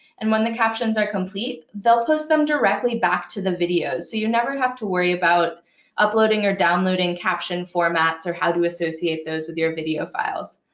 and when the captions are complete, they'll post them directly back to the videos, so you never have to worry about uploading or downloading caption formats or how to associate those with your video files.